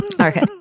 Okay